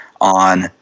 on